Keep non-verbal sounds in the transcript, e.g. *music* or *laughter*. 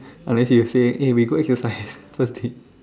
unless you say eh we go exercise *laughs* first date